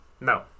No